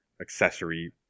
accessory